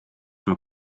maar